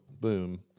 boom